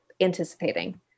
anticipating